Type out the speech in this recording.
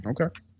Okay